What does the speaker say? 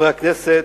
חברי הכנסת,